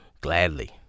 gladly